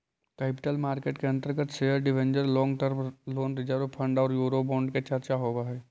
capital market के अंतर्गत share debenture long term loan reserve fund औउर यूरोबोंड के चर्चा होवऽ हई